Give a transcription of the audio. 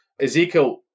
Ezekiel